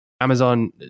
Amazon